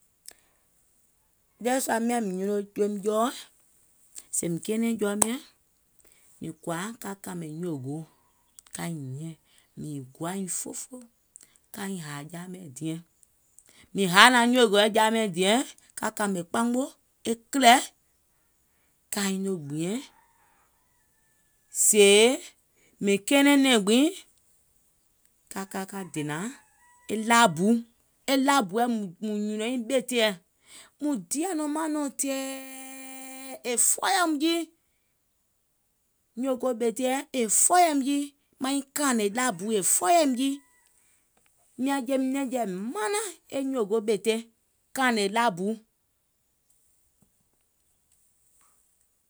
Ɗeweɛ̀ sua mìŋ nyuno joim jɔɔɛ̀, sèè mìŋ kɛɛnɛ̀ŋ jɔɔ mɛ̀, mìŋ kɔ̀à ka kàmè nyòògoò, kaiŋ hiàŋ, mìŋ gùwaìŋ fofo kaiŋ hàà ja mɛ̀ diɛŋ, mìŋ haà naàŋ nyòògoòɛ ja mɛ̀ diɛŋ, ka kàmè kpamò, e kìlɛ̀, kaiŋ noo gbìɛ̀ŋ. Sèè mìŋ kɛɛnɛ̀ŋ nɛ̀ŋ gbiŋ, ka ka ka dènàŋ laabu. E laabu lɛ̀ mùŋ nyùnòil ɓèteɛ̀, mùŋ dià nɔŋ maŋ nɔ̀ŋ tɛ̀ɛɛ, è fɔɔyɛ̀ùm jii, nyòògoò ɓèteɛ̀, è fɔɔyɛ̀ìm jii, nyòògoò ɓèteɛ̀, maiŋ kàànè laabuɛ̀, è fɔɔyɛ̀ìm jii. Miàŋ jeim nɛ̀ŋjeɛ̀ mìŋ manaŋ, e nyòògoò ɓète kàànè laabu.